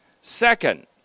Second